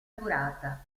durata